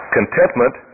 Contentment